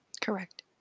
Correct